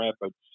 Rapids